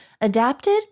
Adapted